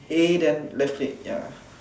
A then left click ya